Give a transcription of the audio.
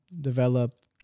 develop